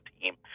team